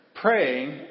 praying